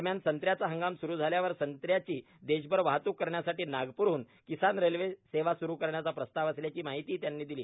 दरम्यान संत्र्याचा हंगाम स्रू झाल्यावर संत्र्यांची देशभर वाहतूक करण्यासाठी नागपूरह्न किसान रेल्वे सेवा स्रू करण्याचा प्रस्ताव असल्याची माहितीही त्यांनी दिली